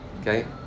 okay